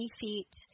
feet